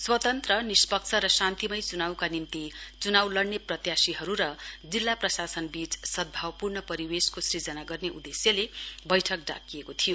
स्वतन्त्र निष्पक्ष र शान्तिमय चुनाउका निम्ति चुनाउ लड़ने प्रायाशीहरू र जिल्ला प्रशासनवीच सद्भावपूर्ण परिवेशको सृजना गर्ने उदेश्यले बैठक डाकिएकोथियो